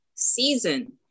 Season